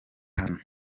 hano